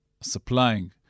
supplying